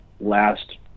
last